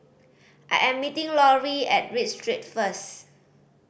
I am meeting Laurie at Read Street first